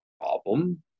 problem